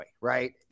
right